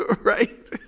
right